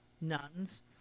nuns